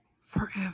forever